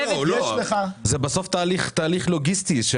זה בסוף תהליך לוגיסטי,